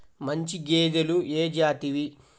మంచి గేదెలు ఏ జాతివి?